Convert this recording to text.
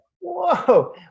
whoa